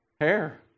Hair